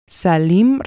Salim